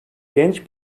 genç